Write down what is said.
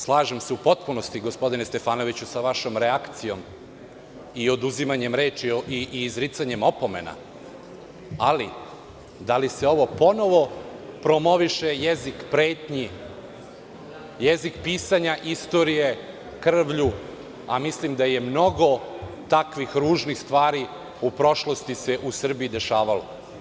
Slažem se u potpunosti, gospodine Stefanoviću, sa vašom reakcijom oduzimanja reči i izricanja opomene, ali da li se ovo ponovo promoviše jezik pretnji, jezik pisanja istorije krvlju, a mislim da se mnogo takvih ružnih stvari u prošlosti dešavalo.